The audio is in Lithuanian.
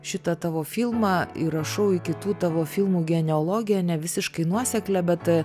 šitą tavo filmą įrašau į kitų tavo filmų geneologiją nevisiškai nuoseklią bet